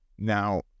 Now